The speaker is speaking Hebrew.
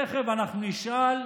תכף אנחנו נשאל: